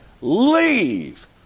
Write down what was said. leave